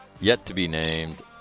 yet-to-be-named